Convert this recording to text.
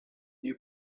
new